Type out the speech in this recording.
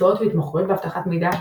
מקצועות והתמחויות באבטחת מידע.